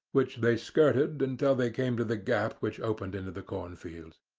which they skirted until they came to the gap which opened into the cornfields.